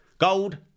gold